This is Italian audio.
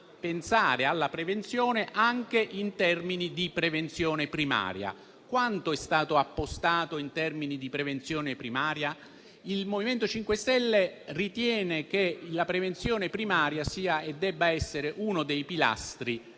alla prevenzione anche in termini di prevenzione primaria: quanto è stato appostato in termini di prevenzione primaria? Il MoVimento 5 Stelle ritiene che la prevenzione primaria sia e debba essere uno dei pilastri